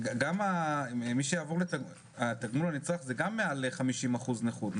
גם מי שיעבור לתגמול נצרך זה גם מעל 50% נכות.